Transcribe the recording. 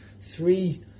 three